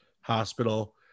hospital